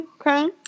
Okay